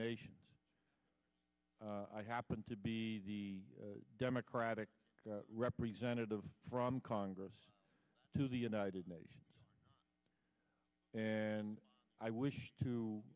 nations i happen to be the democratic representative from congress to the united nations and i wish to